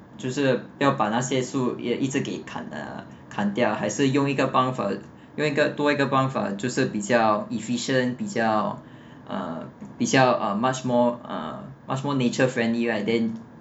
就是要把那些树也一直给砍 uh 砍掉还是用一个方法有一个多一个方法就是比较 efficient 比较比较 ah much more uh much more nature friendly right then